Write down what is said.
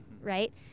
right